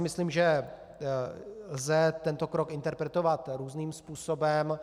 Myslím si, že lze tento krok interpretovat různým způsobem.